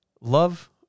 love